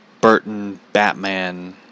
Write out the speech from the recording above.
Burton-Batman